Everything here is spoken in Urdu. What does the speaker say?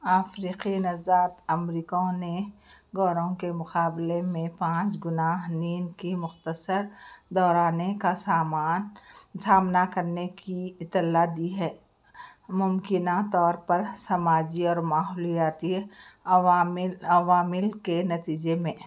افریقی زاد امریکوں نے گوروں کے مقابلے میں پانچ گنا نیند کی مختصر دورانے کا سامان سامنا کرنے کی اطلاع دی ہے ممکنہ طور پر سماجی اور ماحولیاتی عوامل عوامل کے نتیجے میں